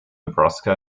nebraska